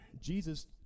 Jesus